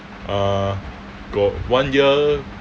uh got one year